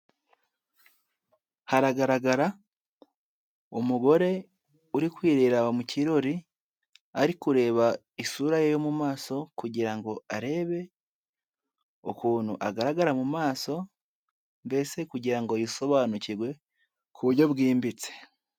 Haragaragara umugore uri kwireraba mu kirori, arikureba isura ye yo mu maso kugira ngo arebe ukuntu agaragara mu maso, mbese kugira ngo yisobanukirwe ku buryo bwimbitse.